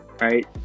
right